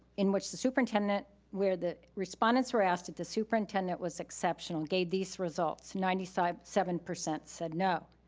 in which the superintendent, where the respondents were asked if the superintendent was exceptional, gave these results, ninety seven percent said no.